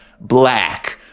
black